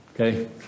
Okay